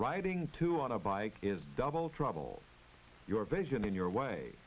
riding two on a bike is double trouble your vision and your way